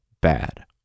bad